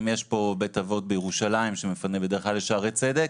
אם יש פה בית אבות בירושלים שמפנה בדרך כלל לשערי צדק,